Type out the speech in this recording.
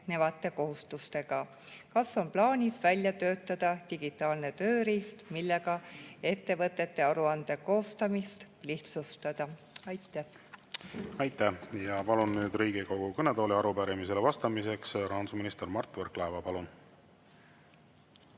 laienevate kohustustega? Kas on plaanis välja töötada digitaalne tööriist, millega ettevõtete aruande koostamist lihtsustada? Aitäh! Aitäh! Palun nüüd Riigikogu kõnetooli arupärimisele vastamiseks rahandusminister Mart Võrklaeva. Palun!